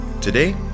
today